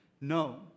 No